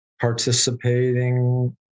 participating